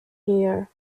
here